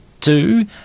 two